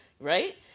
right